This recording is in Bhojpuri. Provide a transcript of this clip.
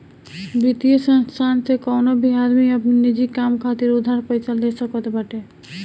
वित्तीय संस्थान से कवनो भी आदमी अपनी निजी काम खातिर उधार पईसा ले सकत बाटे